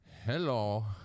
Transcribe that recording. hello